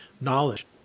Knowledge